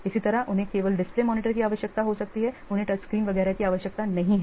इसी तरह उन्हें केवल डिस्प्ले मॉनिटर की आवश्यकता हो सकती है उन्हें टच स्क्रीन वगैरह की आवश्यकता नहीं है